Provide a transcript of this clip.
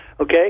Okay